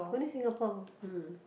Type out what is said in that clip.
only Singapore hmm